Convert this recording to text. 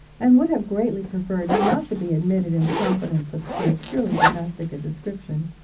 and would have greatly preferred not to be admitted into confidences of so purely domestic a description,